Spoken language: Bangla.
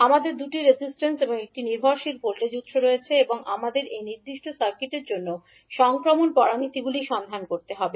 আমাদের দুটি রেজিস্ট্যান্স এবং একটি নির্ভরশীল ভোল্টেজ উত্স রয়েছে এবং আমাদের এই নির্দিষ্ট সার্কিটের জন্য সংক্রমণ প্যারামিটারগুলি সন্ধান করতে হবে